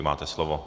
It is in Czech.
Máte slovo.